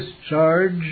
discharge